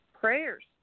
prayers